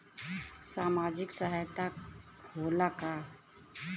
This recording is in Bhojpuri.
सामाजिक सहायता होला का?